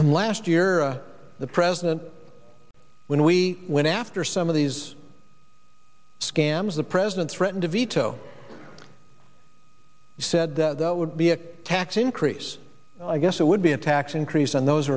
them last year the president when we went after some of these scams the president threatened to veto said that that would be a tax increase i guess it would be a tax increase on those